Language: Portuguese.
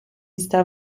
está